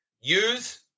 use